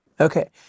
Okay